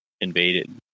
invaded